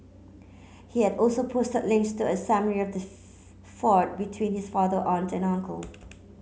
he had also posted links to a summary of the feud between his father aunt and uncle